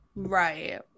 Right